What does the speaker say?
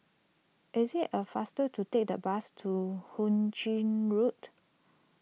is a faster to take the bus to Hu Ching Road